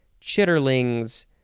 chitterlings